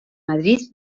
madrid